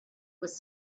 was